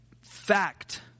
fact